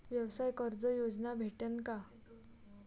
व्यवसाय कर्ज योजना भेटेन का?